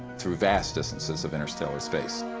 through vast distances of interstellar space.